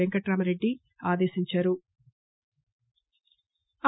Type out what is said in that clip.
వెంకట్రామ రెడ్డి ఆదేశించారు